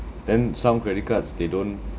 then some credit cards they don't